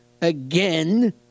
again